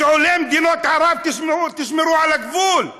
את עולי מדינות ערב, תשמרו על הגבול.